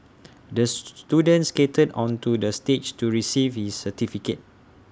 the student skated onto the stage to receive his certificate